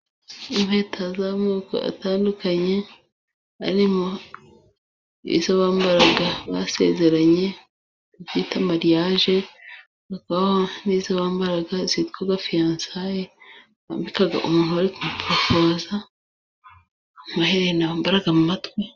Impeta z'amoko atandukanye. Arimo izo bambara basezeranye. Babwita mariyaje. Hakazabaho n'izo zitwa fiyansayi. Bambika umuntu bari kumuporopoza, amaherena bambika ku matwi....